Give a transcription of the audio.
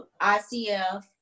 ICF